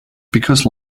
because